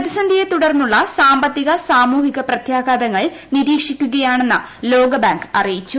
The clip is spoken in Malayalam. പ്രതിസന്ധിയെ തുടർന്നുള്ള സാമ്പത്തിക സാമൂഹിക പ്രത്യാഘാതങ്ങൾ നിരീക്ഷിക്കുകയാണെന്ന് ലോകബാങ്ക് അറിയിച്ചു